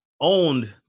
owned